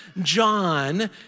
John